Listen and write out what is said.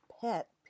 pet